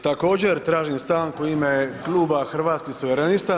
Također tražim stanku u ime kluba Hrvatskih suverenista.